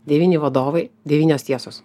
devyni vadovai devynios tiesos